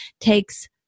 takes